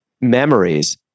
memories